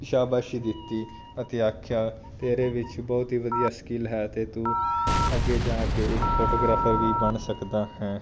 ਸ਼ਾਬਾਸ਼ੀ ਦਿੱਤੀ ਅਤੇ ਆਖਿਆ ਤੇਰੇ ਵਿੱਚ ਬਹੁਤ ਹੀ ਵਧੀਆ ਸਕਿੱਲ ਹੈ ਅਤੇ ਤੂੰ ਅੱਗੇ ਜਾ ਕੇ ਇੱਕ ਫੋਟੋਗ੍ਰਾਫਰ ਵੀ ਬਣ ਸਕਦਾ ਹੈ